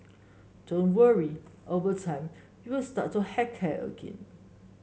don't worry over time you will start to heck care again